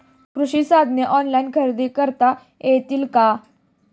कृषी साधने ऑनलाइन खरेदी करता येतील का?